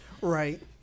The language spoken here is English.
Right